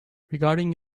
regarding